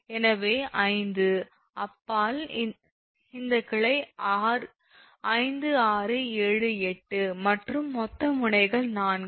எனவே 5 அப்பால் இந்த கிளை 5 6 7 8 மற்றும் மொத்த முனைகள் 4 ஆகும்